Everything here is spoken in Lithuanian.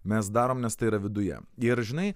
mes darom nes tai yra viduje ir žinai